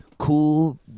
Cool